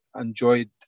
enjoyed